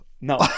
No